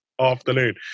afternoon